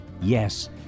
Yes